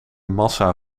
massa